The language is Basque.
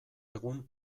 egun